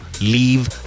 leave